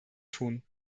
tun